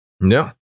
No